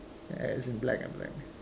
as in black ah black